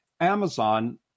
Amazon